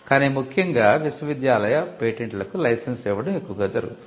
కాని ముఖ్యంగా విశ్వవిద్యాలయ పేటెంట్లకు లైసెన్స్ ఇవ్వడం ఎక్కువగా జరుగుతుంది